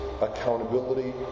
accountability